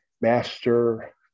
Master